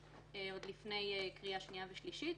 עוד לפני קריאה שנייה ושלישית,